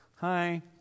Hi